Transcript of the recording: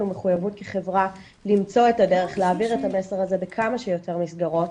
מחויבות כחברה למצוא את הדרך להעביר את המסר הזה בכמה שיותר מסגרות,